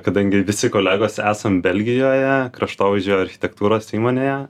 kadangi visi kolegos esam belgijoje kraštovaizdžio architektūros įmonėje